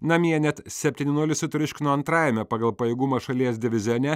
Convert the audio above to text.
namie net septyni nulis sutriuškino antrajame pagal pajėgumą šalies divizione